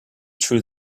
true